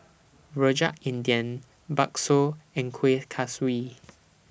Rojak India Bakso and Kueh Kaswi